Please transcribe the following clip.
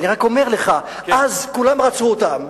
אני רק אומר לך, אז, כולם רצו אותם.